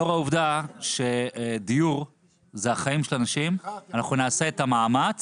לאור העובדה שדיור זה החיים של אנשים אנחנו נעשה את המאמץ